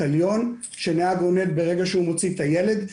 תליון שנהג עונד ברגע שהוא מוציא את הילד,